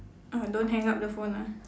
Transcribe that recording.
uh don't hang up the phone ah